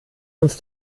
uns